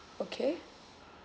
okay